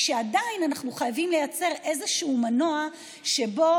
היא שעדיין אנחנו חייבים לייצר איזשהו מנוע שבו